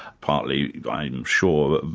partly i am sure,